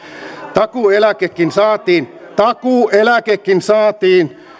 takuueläkekin saatiin takuueläkekin saatiin